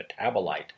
metabolite